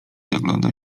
zagląda